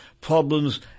problems